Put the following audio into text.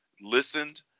listened